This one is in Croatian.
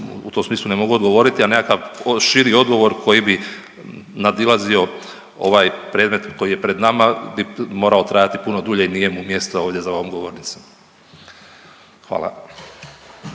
u tom smislu ne mogu odgovoriti, a nekakav širi odgovor koji bi nadilazio ovaj predmet koji je pred nama bi morao trajati puno dulje i nije mu mjesto ovdje za ovom govornicom. Hvala.